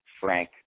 Frank